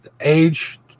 age